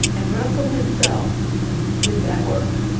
and russell himself did that work,